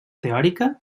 teòrica